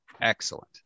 excellent